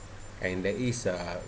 and there is a